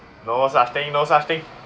no such thing no such thing